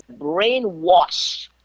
brainwash